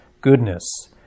goodness